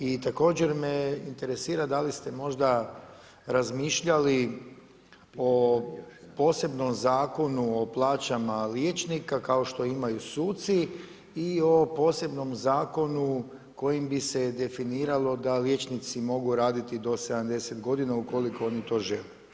I također me interesira da li ste možda razmišljali o posebnom zakonu o plaćama liječnika kao što imaju suci i o posebnom zakonu kojim bi se definiralo da liječnici mogu raditi do 70 g. ukoliko oni to žele.